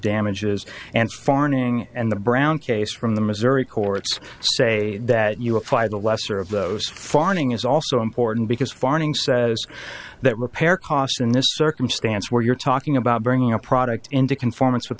damages and farming and the brown case from the missouri courts say that you apply the lesser of those farming is also important because farming says that repair costs in this circumstance where you're talking about bringing a product into conformance with